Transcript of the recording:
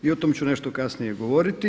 I o tome ću nešto kasnije govoriti.